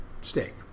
steak